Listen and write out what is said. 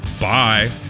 Bye